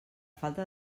falta